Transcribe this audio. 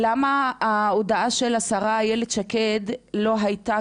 למה ההודעה של השרה איילת שקד לא הייתה